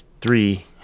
three